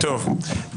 אם אין לך אותם.